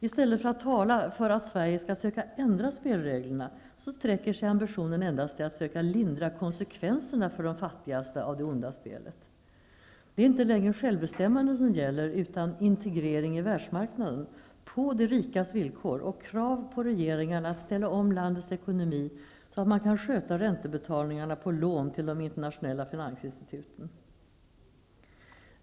I stället för att tala för att Sverige skall försöka att ändra spelreglerna sträcker sig ambitionen endast till att försöka lindra konsekvenserna av det onda spelet för de fattigaste. Det är inte längre självbestämmande som gäller, utan integrering i världsmarknaden på de rikas villkor. Det ställs krav på regeringarna att ställa om landets ekonomi så att man kan sköta räntebetalningarna på lån till de internationella finansinstituten.